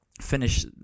finish